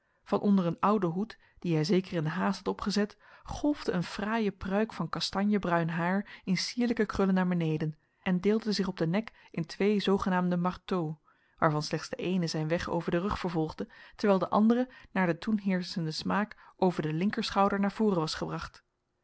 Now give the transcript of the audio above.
van onder een ouden hoed dien hij zeker in de haast had opgezet golfde een fraaie pruik van kastanjebruin haar in sierlijke krullen naar beneden en deelde zich op den nek in twee zoogenaamde marteaux waarvan slechts de eene zijn weg over den rug vervolgde terwijl de andere naar den toen heerschenden smaak over den linkerschouder naar voren was gebracht